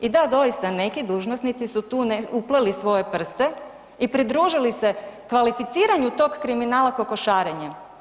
I da doista neki dužnosnici su tu upleli svoje prste i pridružili se kvalificiranju tog kriminala kokošarenjem.